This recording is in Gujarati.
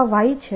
આ y છે આ z છે